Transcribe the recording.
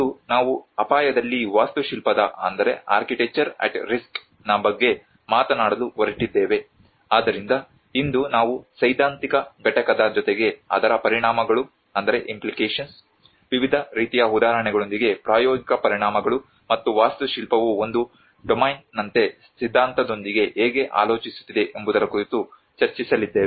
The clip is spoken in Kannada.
ಇಂದು ನಾವು ಅಪಾಯದಲ್ಲಿ ವಾಸ್ತುಶಿಲ್ಪದ ಬಗ್ಗೆ ಮಾತನಾಡಲು ಹೊರಟಿದ್ದೇವೆ ಆದ್ದರಿಂದ ಇಂದು ನಾವು ಸೈದ್ಧಾಂತಿಕ ಘಟಕದ ಜೊತೆಗೆ ಅದರ ಪರಿಣಾಮಗಳು ವಿವಿಧ ರೀತಿಯ ಉದಾಹರಣೆಗಳೊಂದಿಗೆ ಪ್ರಾಯೋಗಿಕ ಪರಿಣಾಮಗಳು ಮತ್ತು ವಾಸ್ತುಶಿಲ್ಪವು ಒಂದು ಡೊಮೇನ್ನಂತೆ ಸಿದ್ಧಾಂತದೊಂದಿಗೆ ಹೇಗೆ ಆಲೋಚಿಸುತ್ತಿದೆ ಎಂಬುದರ ಕುರಿತು ಚರ್ಚಿಸಲಿದ್ದೇವೆ